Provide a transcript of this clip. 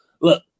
look